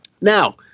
Now